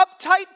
uptight